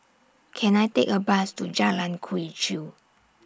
Can I Take A Bus to Jalan Quee Chew